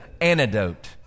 antidote